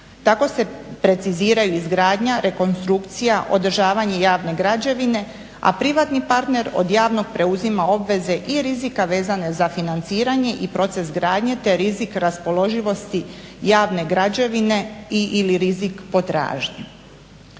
Tako se preciziraju izgradnja, rekonstrukcija, održavanje javne građevine, a privatni partner od javnog preuzima obaveze i rizika vezane za financiranje i proces gradnje, te rizik raspoloživosti javne građevine ili rizik potražnje.